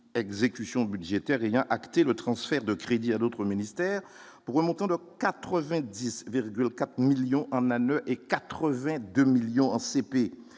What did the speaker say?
exécution budgétaire et bien acter le transfert de crédits à d'autres ministères pour un montant de 90,4 millions en et 82 millions en CP,